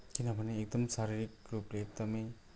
किनभने एकदम शारीरिक रूपले एकदमै